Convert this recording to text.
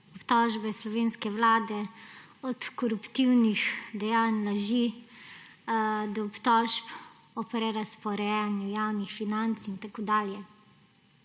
zoper slovensko vlado, od koruptivnih dejanj, laži, do obtožb o prerazporejanju javnih financ in tako dalje.